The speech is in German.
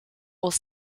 aus